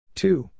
two